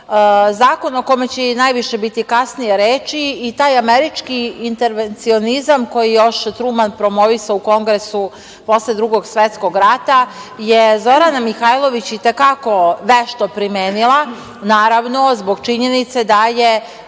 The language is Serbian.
zakon o kome će i najviše biti kasnije reči i taj američki intervencionizam koji je još Truman promovisao u Kongresu posle Drugog svetskog rata je Zorana Mihajlović i te kako vešto primenila, naravno, zbog činjenice da je